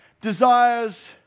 desires